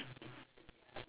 okay